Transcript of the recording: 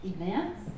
events